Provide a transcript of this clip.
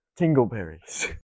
Tingleberries